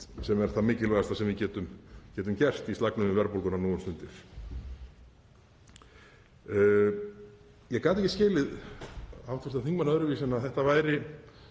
sem er það mikilvægasta sem við getum gert í slagnum við verðbólguna nú um stundir? Ég gat ekki skilið hv. þingmann öðruvísi en að það væri